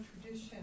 tradition